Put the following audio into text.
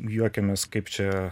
juokiamės kaip čia